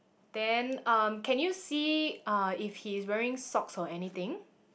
then um can you see uh if he's wearing socks or anything